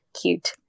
cute